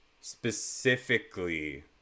Specifically